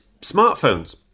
smartphones